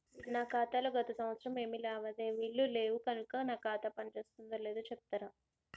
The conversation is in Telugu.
నా ఖాతా లో గత సంవత్సరం ఏమి లావాదేవీలు లేవు కనుక నా ఖాతా పని చేస్తుందో లేదో చెప్తరా?